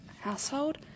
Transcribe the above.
household